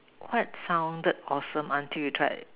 what sounded awesome until you try it